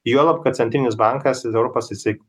juolab kad centrinis bankas europos jisai